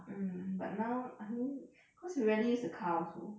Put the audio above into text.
mm but now I mean cause we rarely use the car also